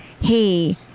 Hey